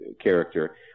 character